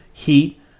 Heat